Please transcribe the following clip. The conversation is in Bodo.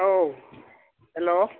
औ हेल्ल'